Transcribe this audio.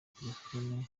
telefoni